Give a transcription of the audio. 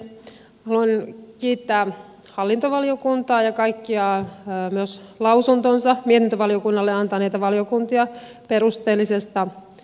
haluan kiittää hallintovaliokuntaa ja myös kaikkia lausuntonsa mietintövaliokunnalle antaneita valiokuntia perusteellisesta työstä